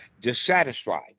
dissatisfied